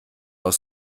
aus